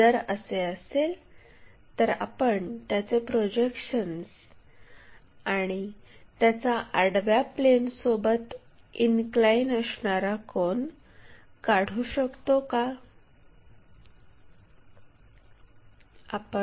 जर असे असेल तर आपण त्याचे प्रोजेक्शन्स आणि त्याचा आडव्या प्लेनसोबत इनक्लाइन असणारा कोन काढू शकतो का